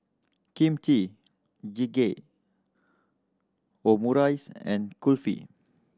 Kimchi Jjigae Omurice and Kulfi